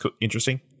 interesting